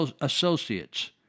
Associates